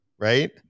right